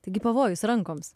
taigi pavojus rankoms